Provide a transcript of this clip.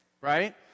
right